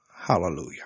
Hallelujah